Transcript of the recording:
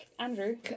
Andrew